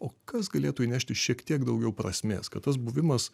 o kas galėtų įnešti šiek tiek daugiau prasmės kad tas buvimas